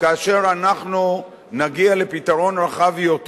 כאשר אנחנו נגיע לפתרון רחב יותר.